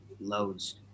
loads